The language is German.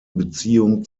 beziehung